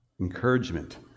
encouragement